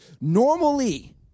normally